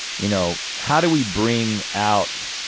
you know, how do we bring out,